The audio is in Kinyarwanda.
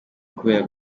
kubera